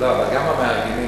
אבל גם המארגנים,